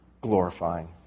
glorifying